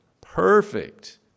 Perfect